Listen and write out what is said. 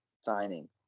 signing